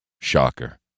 Shocker